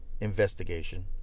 investigation